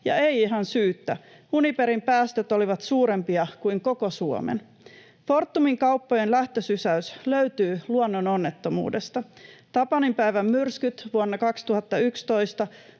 ja ei ihan syyttä: Uniperin päästöt olivat suurempia kuin koko Suomen. Fortumin kauppojen lähtösysäys löytyy luonnononnettomuudesta. Tapaninpäivän myrskyt vuonna 2011